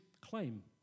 claim